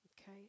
Okay